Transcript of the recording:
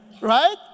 right